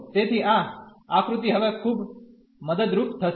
તેથી આ આક્રુતી હવે ખૂબ મદદરૂપ થશે